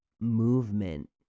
movement